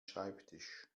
schreibtisch